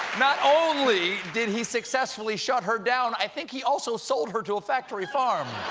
not only did he successfully shut her down, i think he also sold her to a factory farm!